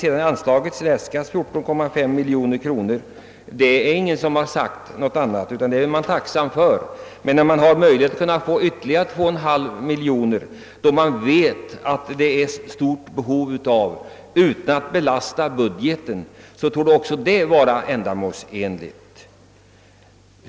Det anslag som har äskats, 14,5 miljoner kronor, har ingen anmärkt på, utan det är bra. När man har möjlighet att få ytterligare 2,5 miljoner kronor utan att det belastar budgeten, och man vet att behovet är stort, torde det vara än bättre.